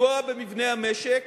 לפגוע במבנה המשק,